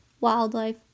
wildlife